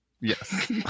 Yes